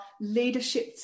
leadership